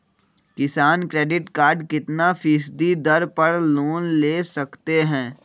किसान credit card कितना फीसदी दर पर लोन ले सकते हैं?